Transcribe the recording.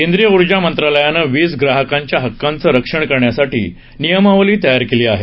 केन्द्रीय उर्जा मंत्रालयाने वीज ग्राहकाच्या हक्कांचं रक्षण करण्यासाठी नियमावली तयार केली आहे